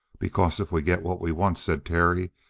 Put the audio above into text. because if we get what we want, said terry,